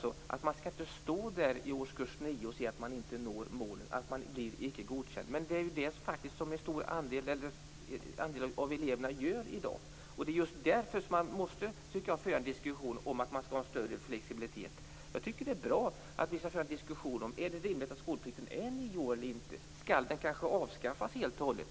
Det skall inte vara så att eleverna i årskurs 9 får veta att de inte når målen, att de inte blir godkända. Men så är det i dag för en stor andel elever, och det är just därför vi måste föra en diskussion om en större flexibilitet. Det är bra att vi för en diskussion om ifall det är rimligt med en nioårig skolplikt. Skall den kanske avskaffas helt och hållet?